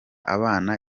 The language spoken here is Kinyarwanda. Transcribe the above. abana